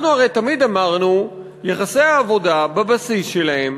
אנחנו הרי תמיד אמרנו שיחסי העבודה, בבסיס שלהם